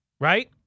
Right